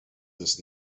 this